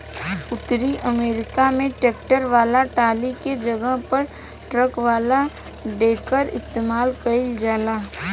उतरी अमेरिका में ट्रैक्टर वाला टाली के जगह पर ट्रक वाला डेकर इस्तेमाल कईल जाला